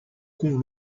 com